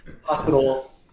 Hospital